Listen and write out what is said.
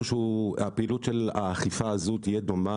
הפעילות של האכיפה הזאת תהיה דומה